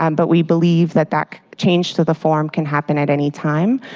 um but we believe that that change to the form could happen at any time,